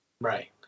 Right